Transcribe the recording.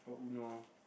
or Uno